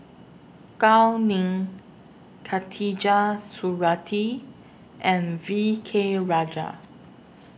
Gao Ning Khatijah Surattee and V K Rajah